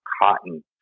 cotton